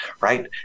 right